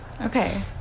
Okay